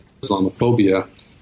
Islamophobia